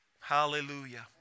Hallelujah